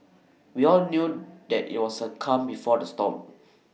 we all knew that IT was the calm before the storm